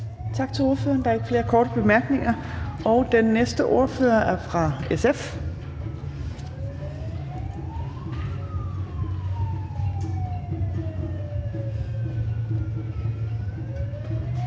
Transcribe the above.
Tak til ordføreren. Der er ikke flere korte bemærkninger, og den næste ordfører er fra SF.